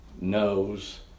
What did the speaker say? knows